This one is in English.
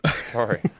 Sorry